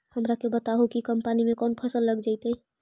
हमरा के बताहु कि कम पानी में कौन फसल लग जैतइ?